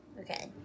Okay